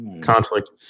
conflict